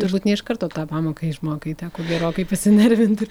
turbūt ne iš karto tą pamoką išmokai teko gerokai pasinervinti